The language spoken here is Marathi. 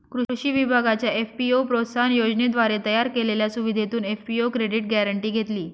कृषी विभागाच्या एफ.पी.ओ प्रोत्साहन योजनेद्वारे तयार केलेल्या सुविधेतून एफ.पी.ओ क्रेडिट गॅरेंटी घेतली